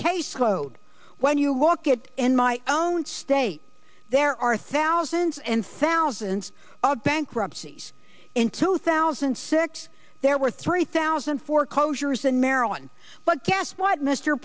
caseload when you look at in my own state there are thousands and thousands of bankruptcies in two thousand and six there were three thousand foreclosures in maryland but guess what mr